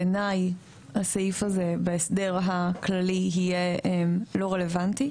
בעיניי הסעיף הזה בהסדר הכללי, יהיה לא רלוונטי.